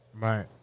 Right